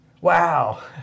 Wow